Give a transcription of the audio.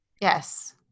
Yes